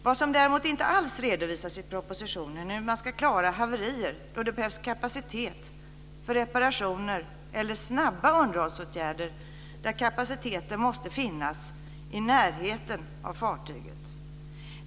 Vad som däremot inte alls redovisas i propositionen är hur man ska klara haverier då det behövs kapacitet för reparationer eller snabba underhållsåtgärder i närheten av fartyget.